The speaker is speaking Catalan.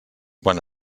quan